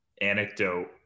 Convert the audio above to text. anecdote